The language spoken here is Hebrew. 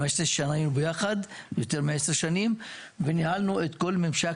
15 שנה היינו ביחד וניהלנו את כל ממשק